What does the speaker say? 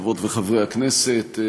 חברות וחברי הכנסת,